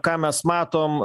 ką mes matom